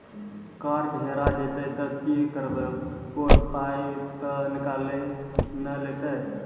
Card हेरा जइतै तऽ की करवै, कोय पाय तऽ निकालि नै लेतै?